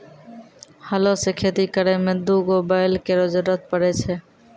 हलो सें खेती करै में दू गो बैल केरो जरूरत पड़ै छै